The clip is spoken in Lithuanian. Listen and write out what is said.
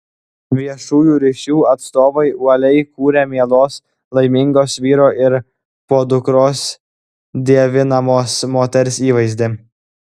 viešųjų ryšių atstovai uoliai kūrė mielos laimingos vyro ir podukros dievinamos moters įvaizdį